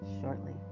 shortly